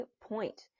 point